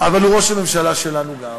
אבל הוא ראש הממשלה שלנו גם.